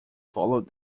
followed